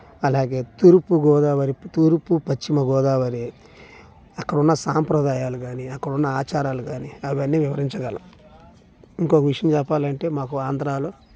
అలాగే తూర్పుగోదావరి తూర్పు పశ్చిమ గోదావరి అక్కడ ఉన్న సాంప్రదాయాలు గానీ అక్కడున్న ఆచారాలు కానీ అవన్నీ వివరించగలము ఇంకొక విషయం చెప్పాలి అంటే మాకు ఆంధ్రాలో